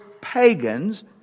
pagans